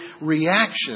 reaction